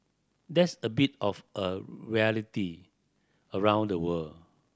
that's a bit of a rarity around the world